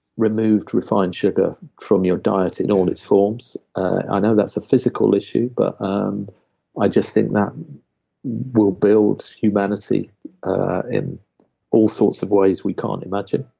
remove refined sugar from yeah diet in all its forms. i know that's a physical issue, but um i just think that will build humanity in all sorts of ways we can't imagine.